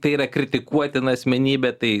tai yra kritikuotina asmenybė tai